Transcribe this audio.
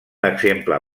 exemple